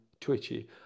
twitchy